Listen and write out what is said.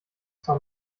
zur